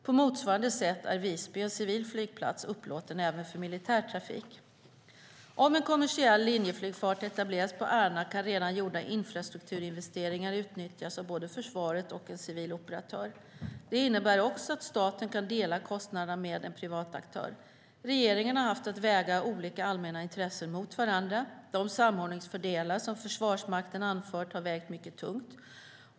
På motsvarande sätt är Visby en civil flygplats upplåten även för militär trafik. Om en kommersiell linjeflygfart etableras på Ärna kan redan gjorda infrastrukturinvesteringar utnyttjas av både försvaret och en civil operatör. Det innebär också att staten kan dela kostnaderna med en privat aktör. Regeringen har haft att väga olika allmänna intressen mot varandra. De samordningsfördelar som Försvarsmakten anfört har vägt mycket tungt.